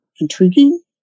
intriguing